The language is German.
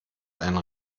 einen